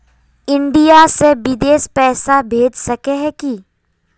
India से बिदेश पैसा भेज सके है की?